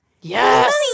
Yes